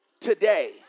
today